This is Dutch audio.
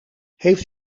heeft